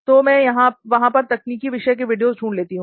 तो मैं वहां पर तकनीकी विषय के वीडियो ढूंढती हूं